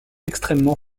extrêmement